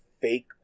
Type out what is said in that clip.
fake